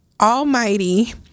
almighty